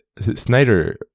Snyder